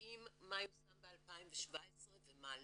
יודעים מה יושם ב-2017 ומה לא.